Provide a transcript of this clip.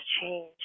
change